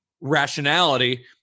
rationality